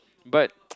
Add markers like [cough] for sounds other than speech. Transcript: but [noise]